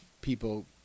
people